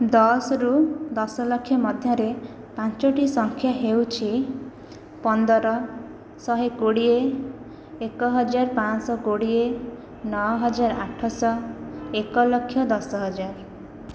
ଦଶରୁ ଦଶଲକ୍ଷ ମଧ୍ୟରେ ପାଞ୍ଚଗୋଟି ସଂଖ୍ୟା ହେଉଛି ପନ୍ଦର ଶହେ କୋଡ଼ିଏ ଏକହଜାର ପାଞ୍ଚଶହ କୋଡ଼ିଏ ନଅହଜାର ଆଠଶହ ଏକଲକ୍ଷ ଦଶହଜାର